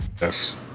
Yes